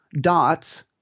dots